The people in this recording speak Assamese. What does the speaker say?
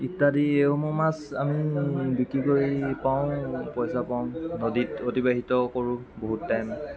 ইত্যাদি এইসমূহ মাছ আমি বিক্ৰী কৰি পাওঁ পইচা পাওঁ নদীত অতিবাহিত কৰোঁ বহুত টাইম